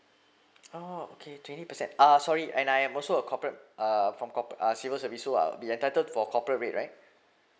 oh okay twenty percent uh sorry and I am also a corporate uh from cor~ uh civil service so I'll be entitled for corporate rate right